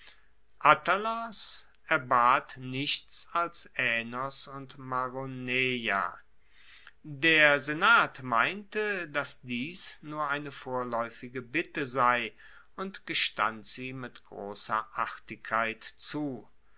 attalos erbat nichts als aenos und maroneia der senat meinte dass dies nur eine vorlaeufige bitte sei und gestand sie mit grosser artigkeit zu